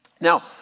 Now